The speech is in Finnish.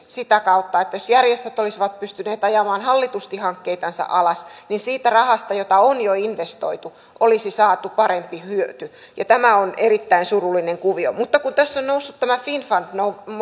sitä kautta että jos järjestöt olisivat pystyneet ajamaan hallitusti hankkeitansa alas niin siitä rahasta jota on jo investoitu olisi saatu parempi hyöty ja tämä on erittäin surullinen kuvio mutta kun tässä on noussut tämä finnfund